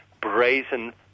brazen